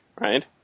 right